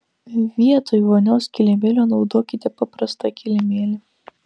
vietoj vonios kilimėlio naudokite paprastą kilimėlį